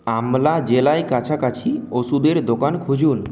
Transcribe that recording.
আম্বালা জেলায় কাছাকাছি ওষুধের দোকান খুঁজুন